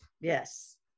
Yes